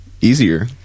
Easier